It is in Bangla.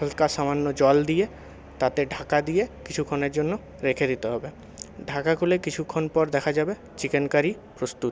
হালকা সামান্য জল দিয়ে তাতে ঢাকা দিয়ে কিছুক্ষণের জন্য রেখে দিতে হবে ঢাকা খুলে কিছুক্ষণ পর দেখা যাবে চিকেন কারি প্রস্তুত